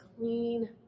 clean